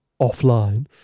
offline